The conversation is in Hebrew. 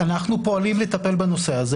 אנחנו פועלים לטפל בנושא הזה.